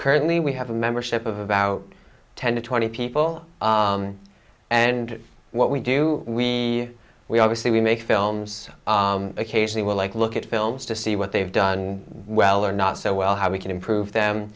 currently we have a membership of about ten to twenty people and what we do we we obviously we make films occasionally will like look at films to see what they've done well or not so well how we can improve